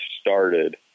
started